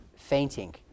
Fainting